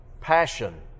passion